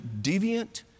deviant